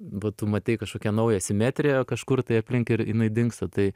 ba tu matei kažkokią naują simetriją kažkur tai aplink ir jinai dingsta tai